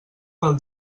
pel